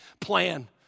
plan